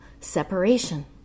separation